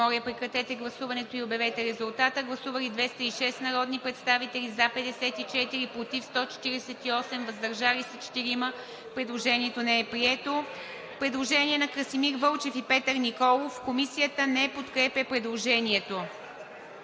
не подкрепя предложението. Гласували 206 народни представители: за 54, против 148, въздържали се 4. Предложението не е прието. Предложение на Красимир Вълчев и Петър Николов. Комисията не подкрепя предложението.